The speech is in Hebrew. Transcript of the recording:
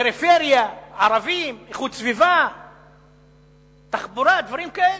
פריפריה, ערבים, איכות סביבה, תחבורה, דברים כאלה.